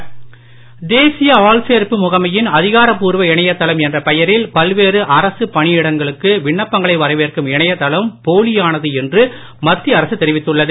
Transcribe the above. உண்மைத்தகவல் தேசியஆள்சேர்ப்புமுகமையின்அதிகாரப்பூர்வஇணையதளம்என்ற பெயரில் பல்வேறுஅரசுப்பணியிடங்களுக்குவிண்ணப்பங்களைவரவேற்கும்இ ணையதளம்போலியானதுஎன்றுமத்தியஅரசுதெரிவித்துள்ளது